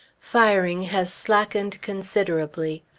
firing has slackened considerably.